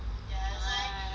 ah I like